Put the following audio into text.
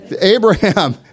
Abraham